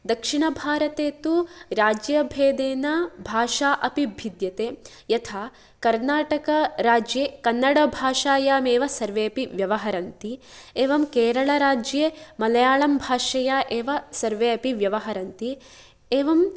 दक्षिणभारते तु राज्यभेदेन भाषा अपि भिद्यते यथा कर्नाटकराज्ये कन्नडभाषायामेव सर्वेपि व्यवहरन्ति एवं केरळराज्ये मलायळभाषया एव सर्वे अपि व्यवहरन्ति एवम्